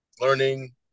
learning